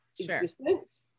existence